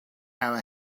our